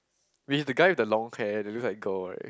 he's the guy with the long hair that looks like girl right